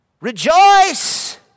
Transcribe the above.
Rejoice